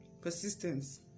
persistence